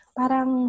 parang